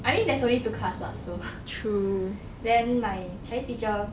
I mean there's only two class lah so then my chinese teacher